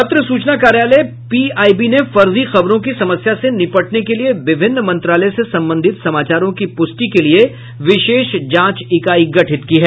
पत्र सूचना कार्यालय पीआईबी ने फर्जी खबरों की समस्या से निपटने के लिए विभिन्न मंत्रालय से संबंधित समाचारों की पुष्टि के लिए विशेष जांच इकाई गठित की है